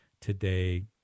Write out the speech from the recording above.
today